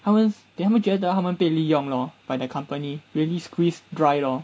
他们 they 他们觉得被利用 lor by the company really squeeze dry lor